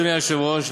אדוני היושב-ראש,